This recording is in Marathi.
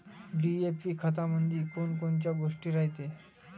डी.ए.पी खतामंदी कोनकोनच्या गोष्टी रायते?